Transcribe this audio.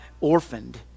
orphaned